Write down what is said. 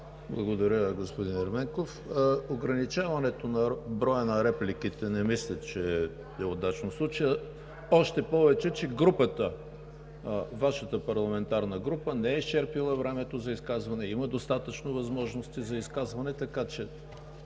Благодаря, господин Ерменков. Ограничаването на броя на репликите не мисля, че е удачно в случая, още повече че групата, Вашата парламентарна група, не е изчерпила времето за изказване. Има достатъчно възможности за изказване, така че